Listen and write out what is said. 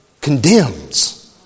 condemns